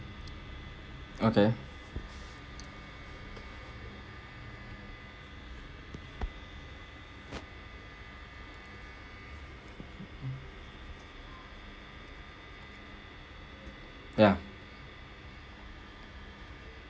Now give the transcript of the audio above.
okay mm ya